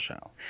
show